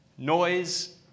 Noise